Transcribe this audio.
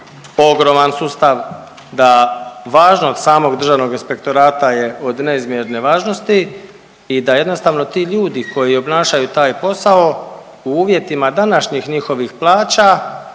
ogroman sustav, da važnost samog državnog inspektorata je od neizmjerne važnosti i da jednostavno ti ljudi koji obnašaju taj posao u uvjetima današnjih njihovih plaća